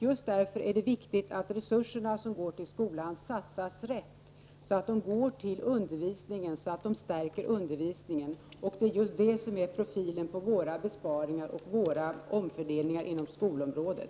Just därför är det viktigt att resurserna som går till skolan satsas rätt, så att de går till och stärker undervisningen. Det är just det som är profilen på våra besparingar och på vår omfördelning inom skolområdet.